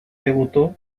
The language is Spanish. debutó